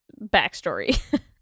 backstory